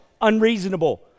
unreasonable